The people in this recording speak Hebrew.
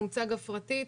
חומצה גופרתית.